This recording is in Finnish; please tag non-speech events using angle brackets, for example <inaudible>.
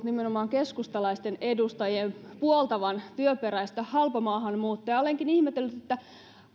<unintelligible> nimenomaan keskustalaisten edustajien puoltavan työperäistä halpamaahanmuuttoa olenkin ihmetellyt että